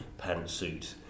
pantsuit